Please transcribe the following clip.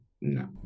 No